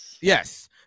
Yes